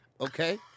Okay